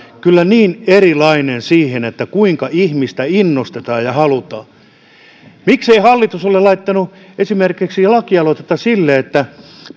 kyllä niin erilainen siinä kuinka ihmistä innostetaan miksei hallitus ole laittanut esimerkiksi lakialoitetta että